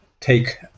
take